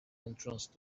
entrance